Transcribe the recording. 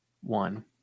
one